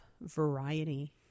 variety